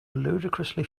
ludicrously